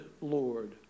Lord